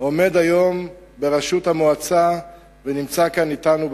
עומד היום בראשות המועצה ונמצא כאן אתנו בקהל.